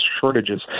shortages